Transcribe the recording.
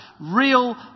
real